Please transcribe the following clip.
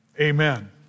Amen